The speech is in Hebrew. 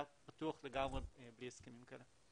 היה פתוח לגמרי בלי הסכמים כאלה.